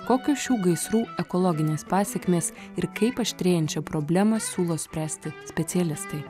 kokios šių gaisrų ekologinės pasekmės ir kaip aštrėjančią problemą siūlo spręsti specialistai